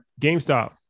GameStop